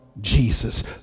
Jesus